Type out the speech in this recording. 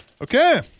Okay